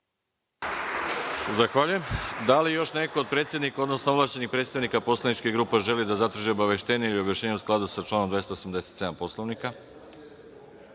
Arsić** Da li još neko od predsednika, odnosno ovlašćenih predstavnika poslaničkih grupa želi da zatraži obaveštenje i objašnjenje, u skladu sa članom 287. Poslovnika?